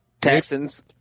Texans